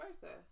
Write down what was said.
versa